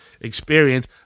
experience